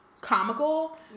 comical